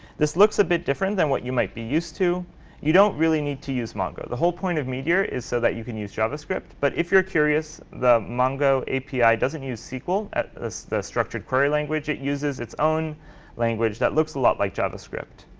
this looks a bit different than what you might be used to you don't really need to use mongo. the whole point of me here is so that you can use javascript. but if you're curious, the mongo api doesn't use sql, the structured query language. it uses its own language that looks a lot like javascript.